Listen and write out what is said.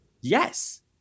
yes